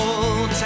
Old